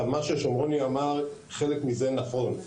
מה ששומרוני אמר, חלק מזה נכון.